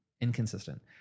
inconsistent